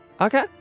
Okay